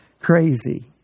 crazy